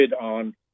on